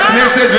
לכנסת,